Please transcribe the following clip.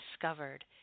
discovered